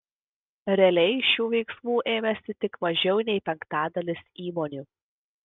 realiai šių veiksmų ėmėsi tik mažiau nei penktadalis įmonių